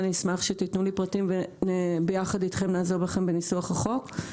אשמח שתיתנו לי פרטים וביחד אתכם נעזור לכם בניסוח הצעת החוק.